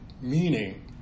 Meaning